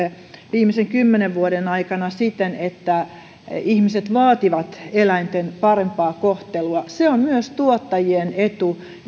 viimeisen kymmenen vuoden aikana siten että ihmiset vaativat eläinten parempaa kohtelua se olisi myös tuottajien etu